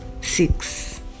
Six